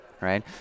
Right